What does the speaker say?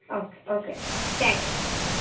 okay okay thank you thank you